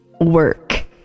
work